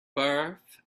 birth